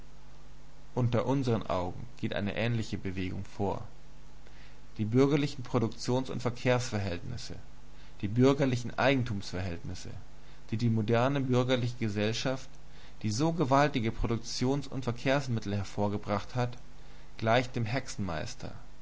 unter unsern augen geht eine ähnliche bewegung vor die bürgerlichen produktions und verkehrsverhältnisse die bürgerlichen eigentumsverhältnisse die moderne bürgerliche gesellschaft die so gewaltige produktions und verkehrsmittel hervorgezaubert hat gleicht dem hexenmeister